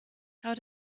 how